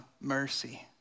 mercy